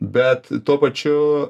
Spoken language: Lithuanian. bet tuo pačiu